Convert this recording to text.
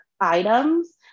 items